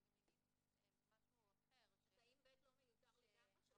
אני גם אגיד משהו אחר --- האם (ב) לא מיותר לגמרי?